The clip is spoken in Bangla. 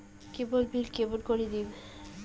কেবল বিল কেমন করি দিম?